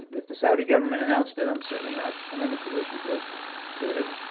if the saudi government announced it, i'm certainly not in any position to to